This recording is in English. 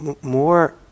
more